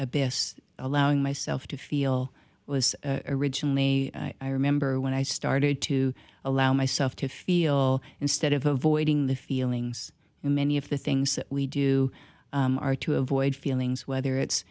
abyss allowing myself to feel was originally i remember when i started to allow myself to feel instead of avoiding the feelings many of the things that we do are to avoid feelings whether it's